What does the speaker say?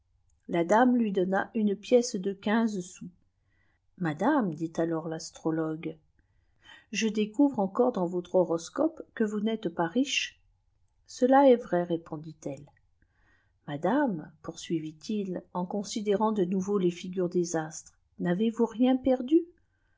la dame lui donna une pièce de quinze sous â éadanœ ait alors l'astrologue je découvre encore dans votre htmcwp que vous n'êtes pas riche cela est vrai réponditi die mad ne pourmit il en considérant de nouveau les ifigùtes des astres pavez vôus riei perdu